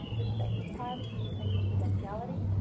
respect for privacy and confidentiality,